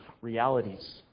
realities